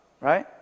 right